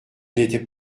n’était